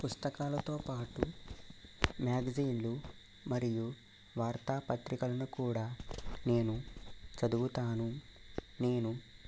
పుస్తకాలతో పాటు మ్యాగజైన్లు మరియు వార్తా పత్రికలను కూడా నేను చదువుతాను నేను